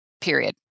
period